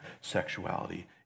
sexuality